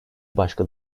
başka